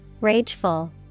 rageful